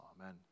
Amen